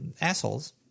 assholes